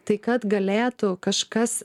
tai kad galėtų kažkas